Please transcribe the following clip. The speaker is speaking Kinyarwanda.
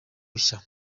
bushya